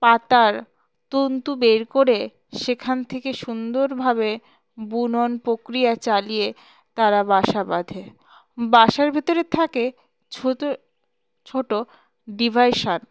পাতার তন্তু বের করে সেখান থেকে সুন্দরভাবে বুনন প্রক্রিয়া চালিয়ে তারা বাসা বাঁধে বাসার ভিতরে থাকে ছোটো ছোটো ডিভিসন